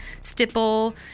stipple